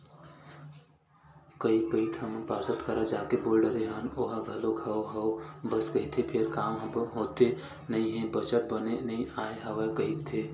कई पइत हमन पार्षद करा जाके बोल डरे हन ओहा घलो हव हव बस कहिथे फेर काम ह होथे नइ हे बजट बने नइ आय हवय कहिथे